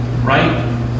right